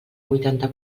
huitanta